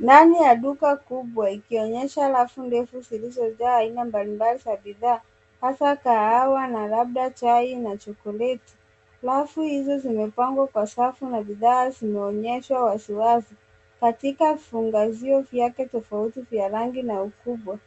Ndani ya duka kubwa ikionyesha rafu ndefu zilizojaa aina mbalimbali za bidhaa hasa kahawa na labda chai na chokoleti. Rafu hizo zimepangwa kwa zafu na bidhaa zimeonyeshwa waziwazi katika fungazuio zake tofauti za rangi na ukubwa.